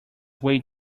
way